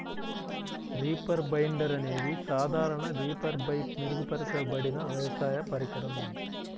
reaper binder అనేది సాధారణ రీపర్పై మెరుగుపరచబడిన వ్యవసాయ పరికరం